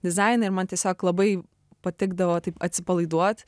dizainą ir man tiesiog labai patikdavo taip atsipalaiduot